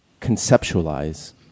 conceptualize